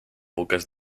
buques